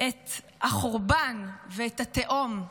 את החורבן ואת התהום.